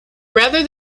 rather